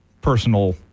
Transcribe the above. personal